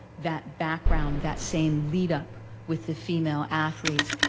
that background, that same lead-up with the female athletes.